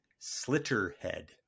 Slitterhead